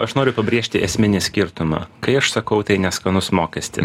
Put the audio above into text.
aš noriu pabrėžti esminį skirtumą kai aš sakau tai neskanus mokestis